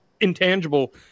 intangible –